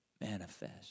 manifest